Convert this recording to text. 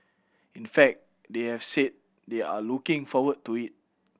in fact they have said they are looking forward to it